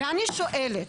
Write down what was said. ואני שואלת,